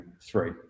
three